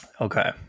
Okay